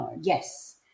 Yes